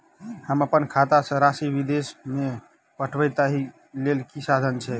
हम अप्पन खाता सँ राशि विदेश मे पठवै ताहि लेल की साधन छैक?